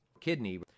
kidney